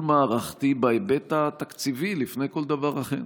מערכתי בהיבט התקציבי לפני כל דבר אחר.